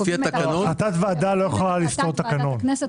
החלטת ועדה לא יכולה לסתור תקנון.